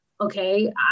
okay